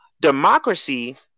democracy